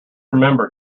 remember